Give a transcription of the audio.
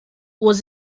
was